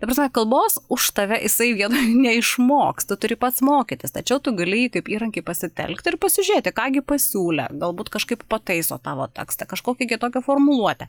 ta prasme kalbos už tave jisai viena neišmoks tu turi pats mokytis tačiau tu gali jį kaip įrankį pasitelkti ir pasižiūrėti ką gi pasiūlė galbūt kažkaip pataiso tavo tekstą kažkokią kitokią formuluotę